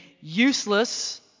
useless